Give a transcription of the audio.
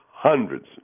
Hundreds